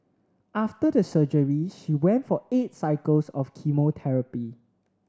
after the surgery she went for eight cycles of chemotherapy